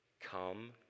Come